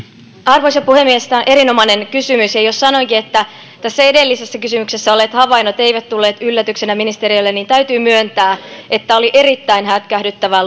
arvoisa puhemies tämä on erinomainen kysymys ja jos sanoinkin että edellisessä kysymyksessä olleet havainnot eivät tulleet yllätyksenä ministeriölle niin täytyy myöntää että oli erittäin hätkähdyttävää